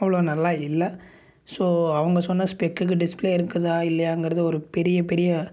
அவ்வளோ நல்லா இல்லை ஸோ அவங்க சொன்ன ஸ்பெக்குக்கு டிஸ்பிளே இருக்குதா இல்லையாங்கிறது ஒரு பெரிய பெரிய